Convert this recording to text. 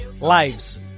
lives